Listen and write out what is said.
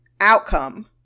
outcome